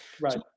Right